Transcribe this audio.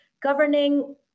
governing